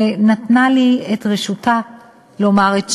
והיא נתנה לי את רשותה לומר את שמה.